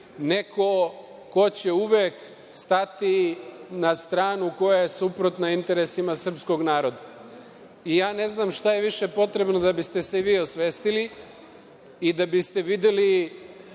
neko ko će uvek stati na stranu koja je suprotna interesima srpskog naroda. Ja ne znam šta je više potrebno da biste se vi osvestili i da biste videli